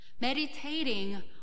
Meditating